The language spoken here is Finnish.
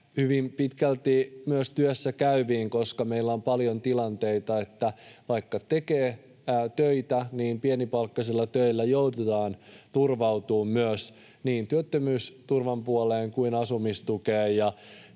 hyvin pitkälti myös työssä käyviin, koska meillä on paljon tilanteita, että vaikka tekee töitä, niin pienipalkkaisilla töillä joudutaan turvautumaan myös niin työttömyysturvan puoleen kuin asumistukeen.